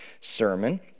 sermon